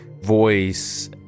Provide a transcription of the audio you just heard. voice